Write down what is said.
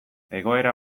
egoera